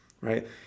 right